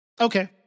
Okay